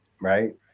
right